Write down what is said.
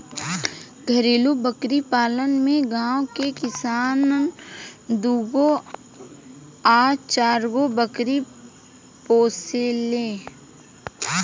घरेलु बकरी पालन में गांव के किसान दूगो आ चारगो बकरी पोसेले